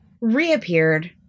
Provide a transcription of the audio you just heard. reappeared